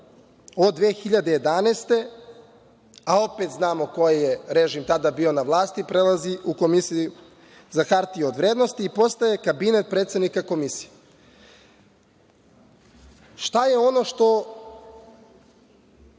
godine, a opet znamo koji je režim tada bio na vlasti, u Komisiju za hartije od vrednosti i postaje kabinet predsednika Komisije. Šta je ono što